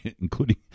including